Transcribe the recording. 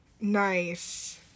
Nice